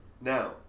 Now